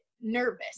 nervous